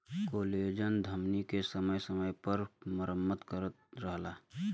collagen धमनी के समय समय पर मरम्मत करत रहला